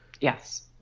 Yes